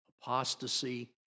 apostasy